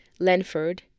Lenford